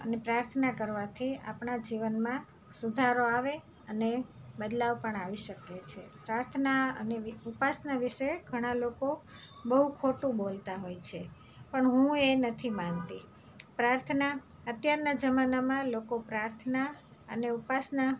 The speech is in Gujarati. અને પ્રાર્થના કરવાથી આપણા જીવનમાં સુધારો આવે અને બદલાવ પણ આવી શકે છે પ્રાર્થના અને ઉપાસના વિશે ઘણા લોકો બહુ ખોટું બોલતા હોય છે પણ હું એ નથી માનતી પ્રાર્થના અત્યારના જમાનામાં લોકો પ્રાર્થના અને ઉપાસના